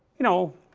you know,